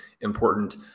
important